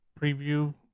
preview